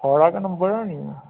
थोआड़ा गै नंबर ऐ नी